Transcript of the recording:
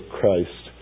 Christ